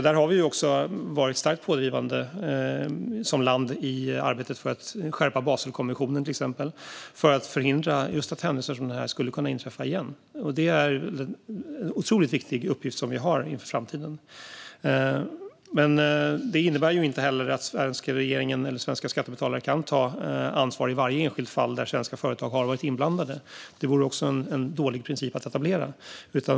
Där har vi också som land varit starkt pådrivande i arbetet för att skärpa Baselkonventionen, till exempel, för att förhindra att händelser som denna inträffar igen. Detta är en otroligt viktig uppgift som vi har i framtiden. Men det innebär inte att den svenska regeringen eller svenska skattebetalare kan ta ansvar i varje enskilt fall där svenska företag har varit inblandade. Det vore också en dålig princip att etablera.